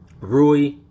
Rui